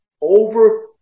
over